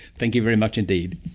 thank you very much indeed.